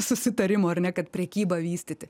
susitarimo ar ne kad prekybą vystyti